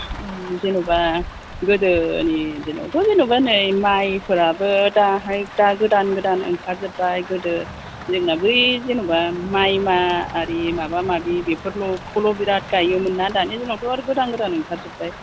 जेनेबा गोदोनि दिनावथ' जेनेबा नै माइफोराबो दाहाय दा गोदान गोदान ओंखारजोब्बाय गोदो जोंना बै जेनेबा माइमा आरि माबा माबि बेफोरखौल' बिराद गाइयोमोन ना दानि दिनावथ' गोदान गोदान ओंखारजोब्बाय